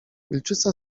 wilczyca